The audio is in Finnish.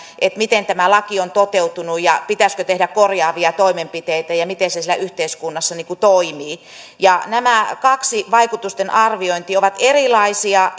miten tämä laki on toteutunut pitäisikö tehdä korjaavia toimenpiteitä ja miten se siellä yhteiskunnassa toimii nämä kaksi vaikutusten arviointia ovat erilaisia